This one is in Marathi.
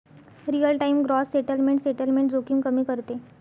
real time gross settlement settlement जोखीम कमी करते